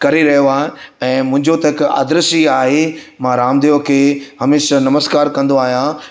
करे रहियो आहे ऐं त मुंहिंजो त हिकु आदर्श ई आहे मां रामदेव खे हमेशह नमस्कार कंदो आहियां